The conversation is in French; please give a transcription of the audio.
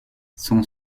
son